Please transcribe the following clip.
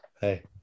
hey